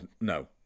no